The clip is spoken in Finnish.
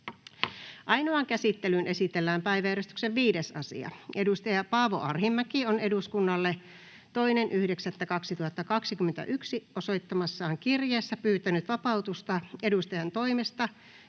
Ainoaan käsittelyyn esitellään päiväjärjestyksen 4. asia. Juhana Vartiainen on eduskunnalle 1.9.2021 osoittamassaan kirjeessä pyytänyt vapautusta edustajantoimesta